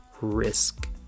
risk